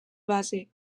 base